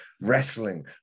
wrestling